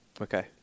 Okay